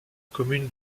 commune